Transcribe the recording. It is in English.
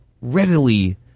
readily